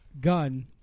gun